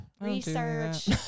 research